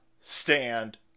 stand